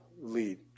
lead